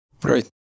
Great